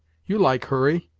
you like hurry,